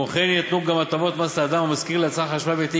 כמו כן יינתנו גם הטבות מס לאדם המשכיר ליצרן חשמל ביתי